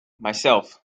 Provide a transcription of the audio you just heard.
myself